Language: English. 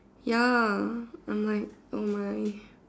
ya I'm like oh my